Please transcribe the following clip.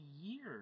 Year